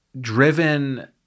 driven